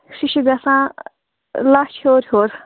سُہ چھُ گژھان لَچھ ہیوٚر ہیوٚر